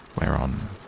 whereon